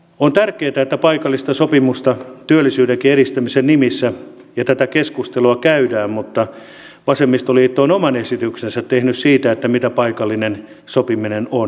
on tärkeätä että paikallista sopimista ja tätä keskustelua työllisyydenkin edistämisen nimissä käydään mutta vasemmistoliitto on oman esityksensä tehnyt siitä mitä paikallinen sopiminen on